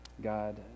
God